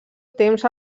temps